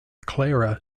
clara